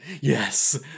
yes